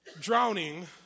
drowning